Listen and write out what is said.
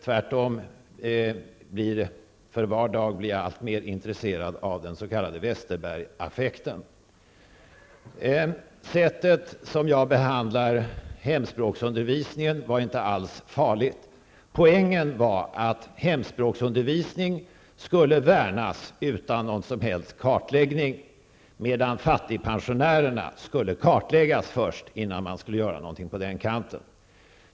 Jag blir tvärtom för var dag allt mer intresserad av den s.k. Westerberg-affekten. Det sätt på vilket jag behandlade hemspråksundervisningen var inte alls farligt. Poängen var att hemspråksundervisningen skulle värnas utan någon som helst kartläggning medan fattigpensionärerna först skulle kartläggas innan man skulle göra någonting på den kanten.